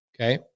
okay